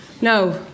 No